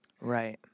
right